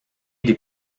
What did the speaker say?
des